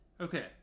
Okay